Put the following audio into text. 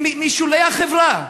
משולי החברה,